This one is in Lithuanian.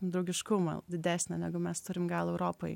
draugiškumo didesnio negu mes turime gal europoj